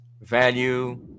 value